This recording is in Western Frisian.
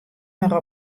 mar